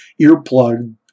earplug